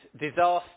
disaster